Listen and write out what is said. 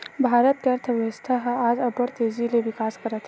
भारत के अर्थबेवस्था ह आज अब्बड़ तेजी ले बिकास करत हे